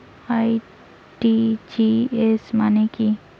RTGS মানে কি?